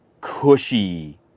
cushy